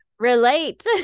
relate